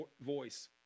voice